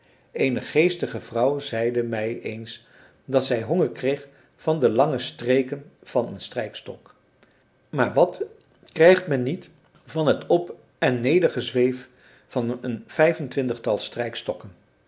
eene geestige vrouw zeide mij eens dat zij honger kreeg van de lange streken van een strijkstok maar wat krijgt men niet van het op en nedergezweef van een vijfentwintigtal strijkstokken